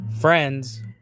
friends